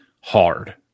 hard